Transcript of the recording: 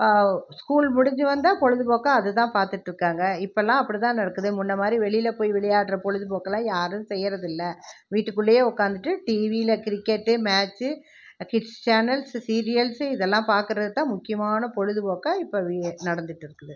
school முடிஞ்சு வந்தால் பொழுதுபோக்காக அதுதான் பார்த்துட்டு இருக்கிறாங்க இப்போலாம் அப்படிதான் நடக்குது முன்னே மாதிரி வெளியில் போய் விளையாடுகிற பொழுதுபோக்குலாம் யாரும் இப்போ செய்கிறது இல்லை வீட்டுக்குள்ளே உட்காந்துட்டு டிவியில் cricket match kids channel serials இதெல்லாம் பாக்கிறதுதான் முக்கியமான பொழுதுபோக்காக இப்போ நடந்துகிட்டு இருக்குது